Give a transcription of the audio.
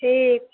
ठीक है